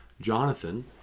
jonathan